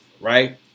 right